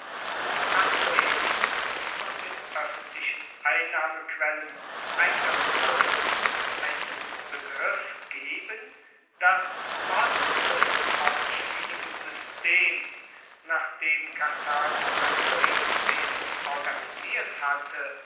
so kann wenigstens von den oeffentlichen einnahmequellen einigermassen einen begriff geben dass trotz des kostspieligen systems nach dem karthago sein kriegswesen organisiert hatte